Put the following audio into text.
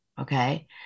okay